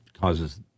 causes